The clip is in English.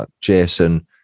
Jason